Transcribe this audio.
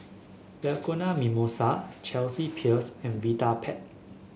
Bianco Mimosa Chelsea Peers and Vitapet